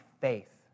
faith